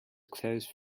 closed